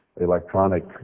electronic